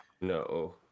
No